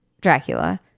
Dracula